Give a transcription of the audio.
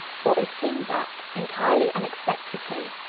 for it seemed that, entirely unexpectedly,